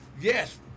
yes